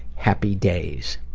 happy days.